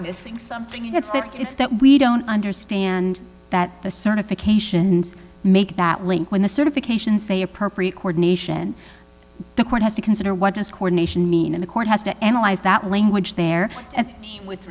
missing something it's that it's that we don't understand that the certifications make that link when the certifications say appropriate coordination the court has to consider what discord nation mean in the court has to analyze that language there with